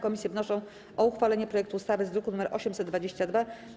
Komisje wnoszą o uchwalenie projektu ustawy z druku nr 822.